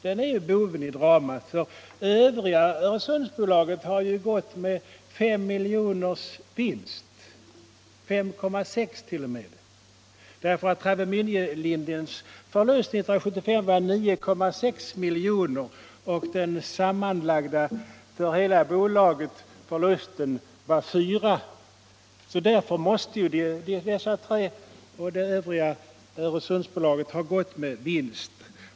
Den är boven i dramat eftersom det övriga Öresundsbolaget har gått med en vinst på 5,6 milj.kr. Travemindelinjens förlust 1975 var 9,6 milj.kr., och den sammanlagda förlusten för bolaget var 4 milj.kr. Därför måste det övriga Öresundsbolaget ha gått med vinst.